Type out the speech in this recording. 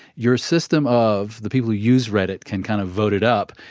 your system of the people who use reddit can kind of vote it up,